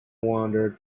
wander